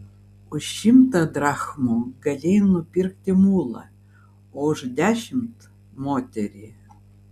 už šimtą drachmų galėjai nupirkti mulą o už dešimt moterį